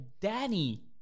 danny